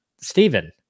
Stephen